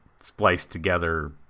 spliced-together